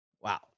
Wow